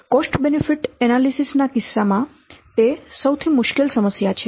cost benefit analysis ના કિસ્સામાં તે સૌથી મુશ્કેલ સમસ્યા છે